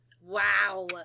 Wow